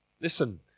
Listen